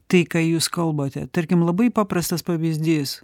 tai ką jūs kalbate tarkim labai paprastas pavyzdys